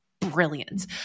brilliant